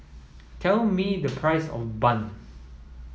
tell me the price of bun